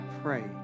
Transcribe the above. pray